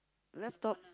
laptop